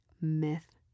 Myth